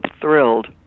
thrilled